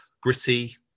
gritty